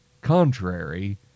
contrary